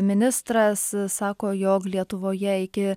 ministras sako jog lietuvoje iki